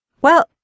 Well